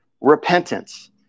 repentance